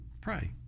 pray